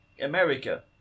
America